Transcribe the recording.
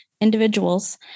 individuals